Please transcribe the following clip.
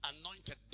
anointed